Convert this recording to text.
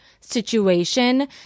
situation